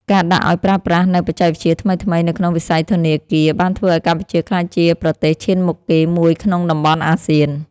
ការដាក់ឱ្យប្រើប្រាស់នូវបច្ចេកវិទ្យាថ្មីៗនៅក្នុងវិស័យធនាគារបានធ្វើឱ្យកម្ពុជាក្លាយជាប្រទេសឈានមុខគេមួយក្នុងតំបន់អាស៊ាន។